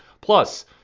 plus